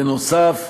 בנוסף,